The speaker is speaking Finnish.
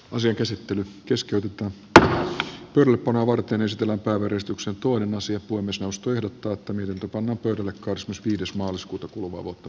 asian käsittely keskeytetty mutta kyllä pahaa varten ystävä kaveristuksen toinen asia kuin suostui odottamatta miltä tämä työ tulee kosmos viides maaliskuuta kuluvaa vuotta